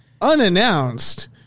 unannounced